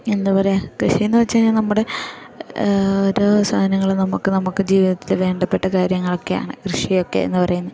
എന്താ പറയുക കൃഷിയെന്നു വെച്ചു കഴിഞ്ഞാൽ നമ്മുടെ ഓരോ സാധനങ്ങൾ നമുക്ക് നമുക്ക് ജീവിതത്തിൽ വേണ്ടപ്പെട്ട കാര്യങ്ങളൊക്കെയാണ് കൃഷിയൊക്കെ എന്നു പറയുന്നത്